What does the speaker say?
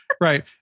Right